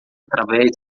através